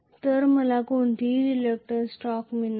तर मला कोणतीही रिलक्टंन्स टॉर्क मिळणार नाही